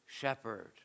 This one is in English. shepherd